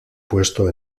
puesto